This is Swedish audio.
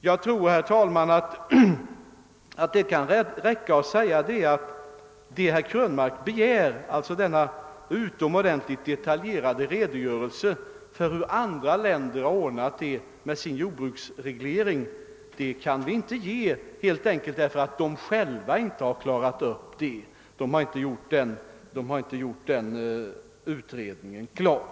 Jag tror, herr talman, att det kan räcka med att säga att vi helt enkelt inte kan ge den utomordentligt detaljerade redogörelse, som herr Krönmark begär, för hur andra länder har ordnat med sin jordbruksreglering, därför att de själva inte har en sådan utredning klar.